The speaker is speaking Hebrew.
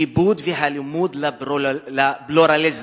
כיבוד ולימוד פלורליזם.